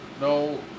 No